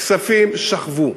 הכספים שכבו,